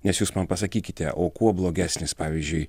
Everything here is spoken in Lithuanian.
nes jūs man pasakykite o kuo blogesnis pavyzdžiui